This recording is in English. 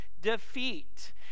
defeat